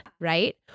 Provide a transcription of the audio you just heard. right